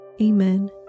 Amen